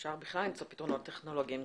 אפשר בכלל למצוא פתרונות טכנולוגיים.